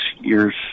years